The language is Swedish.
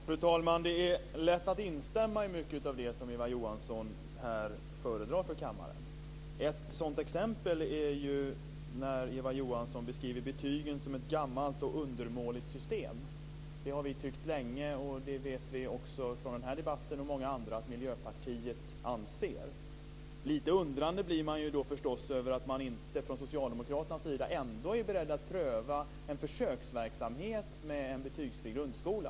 Fru talman! Det är lätt att instämma i mycket av det som Eva Johansson här föredrar för kammaren. Ett sådan exempel är när Eva Johansson beskriver betygen som ett gammalt och undermåligt system. Det har vi i Vänsterpartiet tyckt länge. Vi vet också från den här debatten och många andra att också Miljöpartiet anser det. Man blir då lite undrande inför varför man inte från socialdemokraternas sida ändå är beredd att pröva en försöksverksamhet med en betygsfri grundskola.